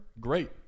Great